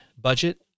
budget